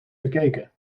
bekeken